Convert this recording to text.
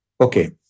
Okay